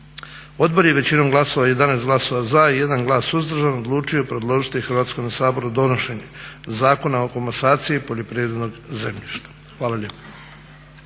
odbor je većinom glasova, 11 glasova za i 1 glas suzdržan odlučio predložiti Hrvatskome saboru donošenje Zakona o komasaciji poljoprivrednog zemljišta. Hvala lijepa.